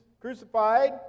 crucified